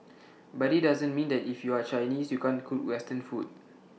but IT doesn't mean that if you are Chinese you can't cook western food